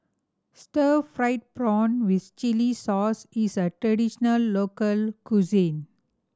stir fried prawn with chili sauce is a traditional local cuisine